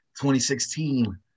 2016